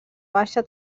baixa